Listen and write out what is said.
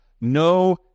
No